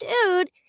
dude